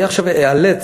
אני עכשיו איאלץ,